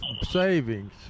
savings